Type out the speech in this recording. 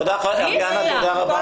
מי הביא אותה, עם כל